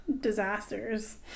disasters